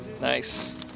Nice